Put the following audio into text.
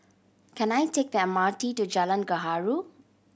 can I take the M R T to Jalan Gaharu